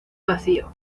vacío